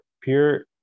pure